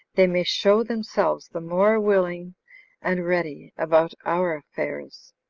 they may show themselves the more willing and ready about our affairs.